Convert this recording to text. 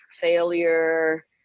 failure